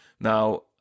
Now